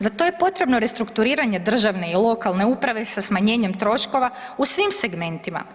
Za to je potrebno restrukturiranje državne i lokalne uprave sa smanjenjem troškova u svim segmentima.